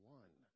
one